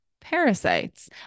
parasites